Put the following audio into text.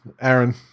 Aaron